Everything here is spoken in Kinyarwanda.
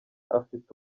afite